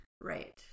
right